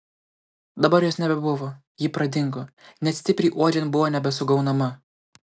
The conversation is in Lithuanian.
dabar jos nebebuvo ji pradingo net stipriai uodžiant buvo nebesugaunama